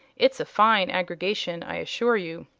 it's a fine aggregation, i assure you.